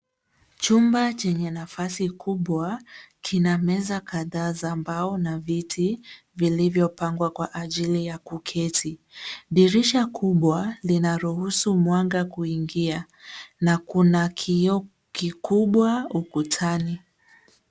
Chumba chenye nafasi kubwa kina meza kadhaa za mbao na viti vilivyo pangwa kwa ajili ya kuketi. Dirisha kubwa linaruhusu mwanga kuingia na kuna kioo kikubwa ukutani.